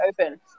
open